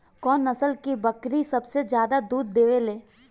कौन नस्ल की बकरी सबसे ज्यादा दूध देवेले?